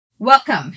Welcome